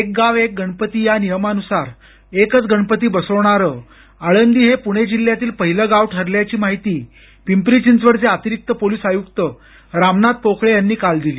एक गाव एक गणपती या नियमानूसार एकच गणपती बसवणारं आळंदी हे पूणे जिल्ह्यातील पाहिलं गाव ठरल्याची माहिती पिंपरी चिंचवडचे अतिरिक्त पोलीस आयुक्त रामनाथ पोकळे यांनी काल दिली